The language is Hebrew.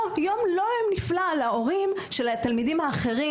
לא "יום נפלא" להורים של התלמידים האחרים